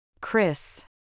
Chris